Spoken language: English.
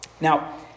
Now